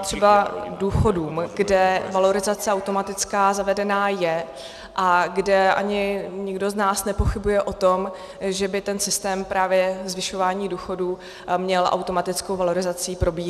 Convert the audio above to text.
třeba důchodům, kde valorizace automatická zavedená je a kde ani nikdo z nás nepochybuje o tom, že by ten systém právě zvyšování důchodů měl automatickou valorizací probíhat.